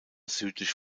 südlich